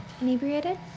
Inebriated